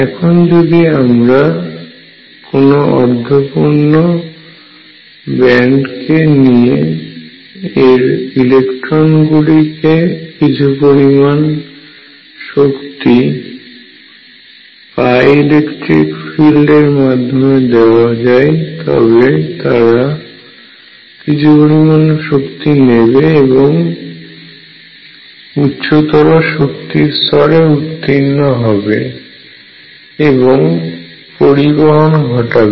এখন যদি আমরা কোন অর্ধপূর্ন ব্যান্ড কে নিয়ে এর ইলেকট্রন গুলিকে কিছু পরিমাণ শক্তি π ইলেকট্রিক ফিল্ড এর মাধ্যমে দেওয়ার হয় তবে তারা কিছু পরিমাণ শক্তি নেবে এবং উচ্চতর স্তরে উত্তীর্ণ হবে এবং পরিবহন ঘটাবে